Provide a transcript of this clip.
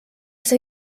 see